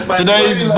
today's